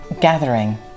gathering